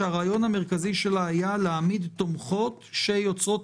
שהרעיון המרכזי שלה היה להעמיד תומכות שיוצרות